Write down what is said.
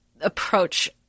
approach